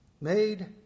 made